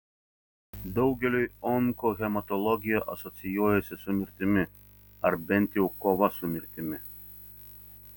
daugeliui onkohematologija asocijuojasi su mirtimi ar bent jau kova su mirtimi